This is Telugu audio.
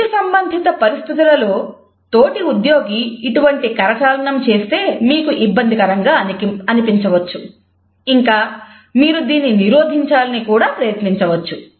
వృత్తి సంబంధిత పరిస్థితులలో తోటి ఉద్యోగి ఇటువంటి కరచాలనం చేస్తే మీకు ఇబ్బందికరంగా అనిపించవచ్చు ఇంకా మీరు దీన్ని నిరోధించాలని కూడా ప్రయత్నించవచ్చు